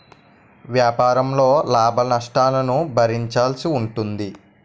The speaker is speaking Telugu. వ్యాపారంలో లాభనష్టాలను భరించాల్సి ఉంటుంది